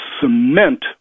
cement